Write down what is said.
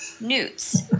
newts